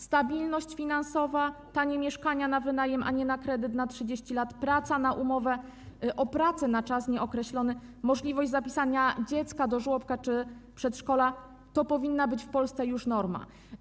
Stabilność finansowa, tanie mieszkania na wynajem, a nie na kredyt na 30 lat, praca na umowę o pracę na czas nieokreślony, możliwość zapisania dziecka do żłobka czy przedszkola - to powinna być w Polsce norma.